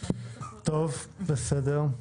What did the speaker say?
טוב, בסדר.